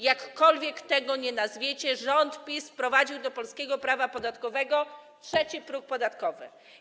Jakkolwiek tego nie nazwiecie, rząd PiS wprowadził do polskiego prawa podatkowego trzeci próg podatkowy.